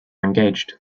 engaged